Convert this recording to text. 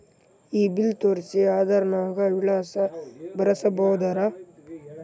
ಈ ಬಿಲ್ ತೋಸ್ರಿ ಆಧಾರ ನಾಗ ವಿಳಾಸ ಬರಸಬೋದರ?